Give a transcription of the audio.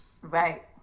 Right